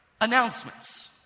Announcements